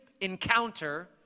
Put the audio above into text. encounter